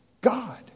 God